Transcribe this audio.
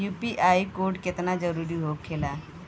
UPI code केतना जरुरी होखेला?